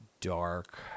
dark